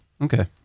Okay